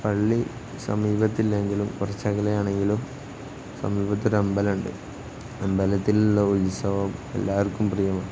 പള്ളി സമീപത്തില്ലെങ്കിലും കുറച്ചകലെയാണെങ്കിലും സമീപത്തൊരു അമ്പലമുണ്ട് അമ്പലത്തിലുള്ള ഉത്സവം എല്ലാവർക്കും പ്രിയമാണ്